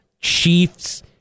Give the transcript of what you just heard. Chiefs